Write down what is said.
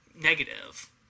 Negative